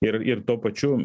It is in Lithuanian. ir ir tuo pačiu